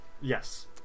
yes